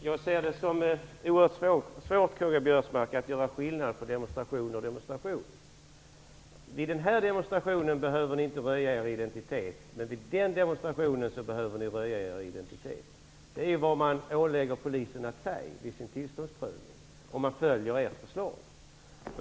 Herr talman! Jag anser att det är mycket svårt att göra skillnad på demonstration och demonstration, Karl-Göran Biörsmark. Vid den ena demonstrationen behöver man inte röja sin identitet men vid den andra behöver man göra det. Det är vad polisen åläggs att säga vid tillståndsprövningen om vi följer ert förslag.